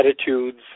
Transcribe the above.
attitudes